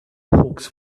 hawks